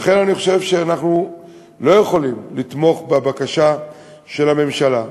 לכן אני חושב שאנחנו לא יכולים לתמוך בבקשה של הממשלה,